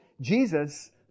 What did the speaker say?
Jesus